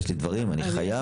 דברים, אני חייב.